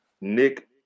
Nick